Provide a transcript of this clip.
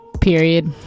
period